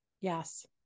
yes